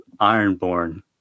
Ironborn